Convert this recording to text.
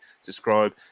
subscribe